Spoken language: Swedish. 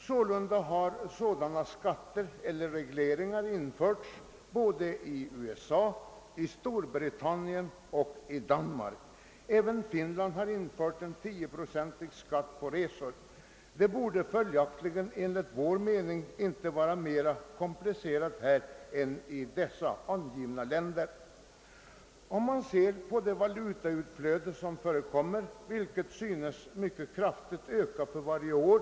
Skatter eller regleringar av den nämnda typen har sålunda införts i USA, i Storbritannien och i Danmark. Även Finland har infört en tioprocentig skatt på resor. En sådan åtgärd borde enligt vår mening inte vara mera komplicerad att genomföra här än i dessa länder. Valutautflödet synes öka mycket kraftigt varje år.